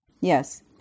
Yes